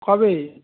কবে